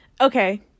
Okay